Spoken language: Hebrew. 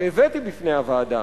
שהבאתי בפני הוועדה,